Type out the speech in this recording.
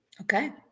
Okay